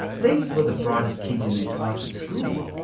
these were the brightest kids in their class at school,